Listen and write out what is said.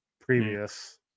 previous